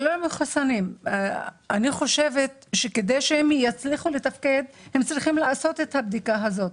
אני חושבת שכדי שהם יצליחו לתפקד הם צריכים לעשות את הבדיקה הזאת.